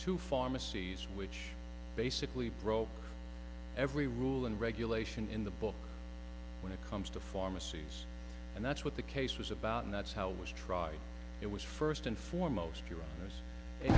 two pharmacies which basically broke every rule and regulation in the book when it comes to pharmacies and that's what the case was about and that's how it was tried it was first and foremost you